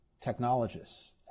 technologists